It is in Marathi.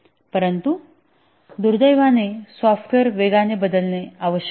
परंतु दुर्दैवाने सॉफ्टवेयर वेगाने बदलणे आवश्यक आहे